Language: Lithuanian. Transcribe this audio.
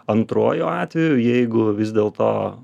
antruoju atveju jeigu vis dėlto